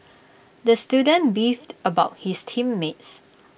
the student beefed about his team mates